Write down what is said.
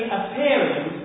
appearing